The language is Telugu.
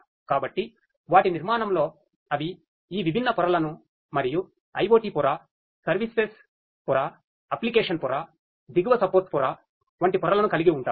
కాబట్టి వాటి నిర్మాణంలో అవి ఈ విభిన్న పొరలను మరియు IoT పొర సర్వీస్ పొర అప్లికేషన్ పొర దిగువ సపోర్ట్ పొర వంటి పొరలను కలిగి ఉంటాఈ